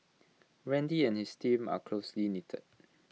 randy and his family are closely knitted